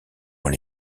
dans